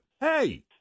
Hey